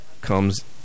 comes